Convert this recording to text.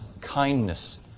kindness